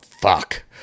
fuck